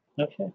okay